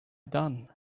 done